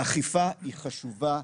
האכיפה היא חשובה,